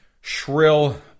shrill